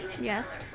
Yes